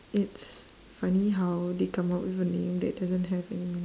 it's funny how they come up with a name that doesn't have any meaning